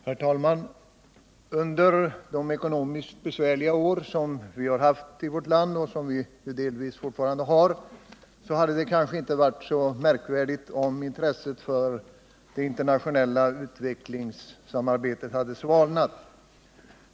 Herr talman! Under de ekonomiskt besvärliga år som vi har haft och delvis fortfarande har i vårt land, hade det kanske inte varit så märkvärdigt om intresset för det internationella utvecklingssamarbetet svalnat.